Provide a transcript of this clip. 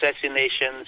assassinations